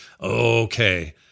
okay